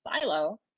silo